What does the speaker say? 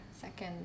second